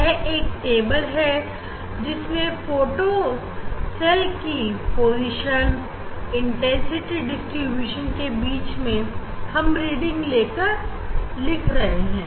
यह एक टेबल है जिसमें फोटो सेल की पोजीशन और इंटेंसिटी डिस्ट्रीब्यूशन के बीच में हम रीडिंग लेकर लिख रहे हैं